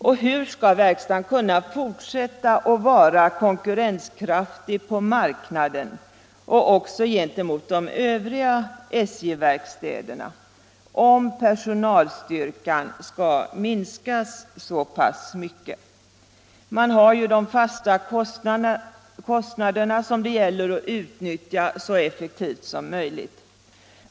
Och hur skall verkstaden kunna fortsätta att vara konkurrenskraftig på marknaden och gentemot de övriga SJ-verkstäderna om personalstyrkan skall minskas så mycket? Man har ju de fasta kostnaderna som det gäller att utnyttja så effektivt som möjligt.